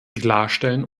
klarstellen